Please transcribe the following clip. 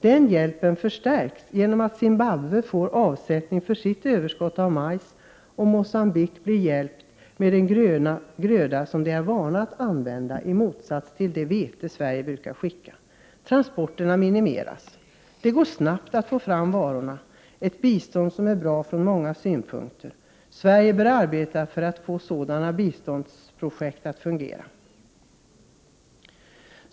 Den hjälpen förstärks genom att Zimbabwe får avsättning för sitt överskott av majs, och Mogambique blir hjälpt med en gröda som man är van att använda — i motsats till det vete Sverige brukar skicka. Transporterna minimeras. Det går snabbt att få fram varorna. Det är ett bistånd som är bra från många synpunkter. Sverige bör arbeta för att få sådana biståndsprojekt att fungera.